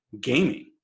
gaming